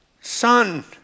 Son